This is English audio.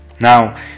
Now